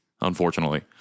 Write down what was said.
unfortunately